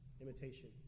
imitation